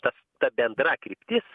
tas ta bendra kryptis